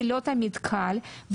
זה לא תמיד קל.